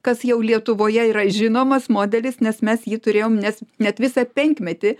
kas jau lietuvoje yra žinomas modelis nes mes jį turėjom nes net visą penkmetį